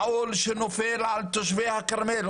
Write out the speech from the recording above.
העול שנופל על תושבי הכרמל,